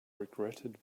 regretted